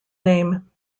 name